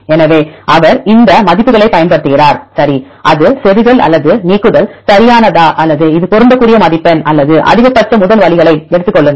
எனவே அவர் இந்த மதிப்புகளைப் பயன்படுத்துகிறார் சரி அது செருகல் அல்லது நீக்குதல் சரியானதா அல்லது இது பொருந்தக்கூடிய மதிப்பெண் அல்லது அதிகபட்ச முதல் வழிகளை எடுத்துக் கொள்ளுங்கள்